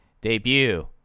debut